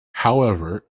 however